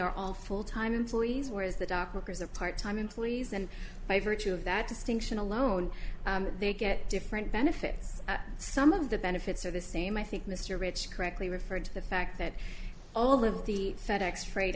are all full time employees whereas the dock workers are part time employees and by virtue of that distinction alone they get different benefits some of the benefits are the same i think mr rich correctly referred to the fact that all of the fed ex freight